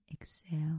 exhale